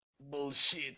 Bullshit